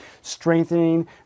strengthening